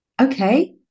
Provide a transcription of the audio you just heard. Okay